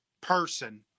person